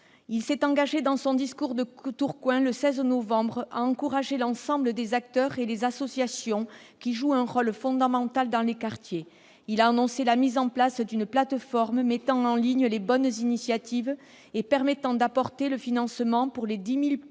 Il s'est engagé dans son discours de Tourcoing, le 16 novembre dernier, à encourager l'ensemble des acteurs et les associations qui jouent un rôle fondamental dans les quartiers : il a annoncé la mise en place d'une plateforme mettant en ligne les bonnes initiatives et permettant de les financer pour les démultiplier dans